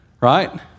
right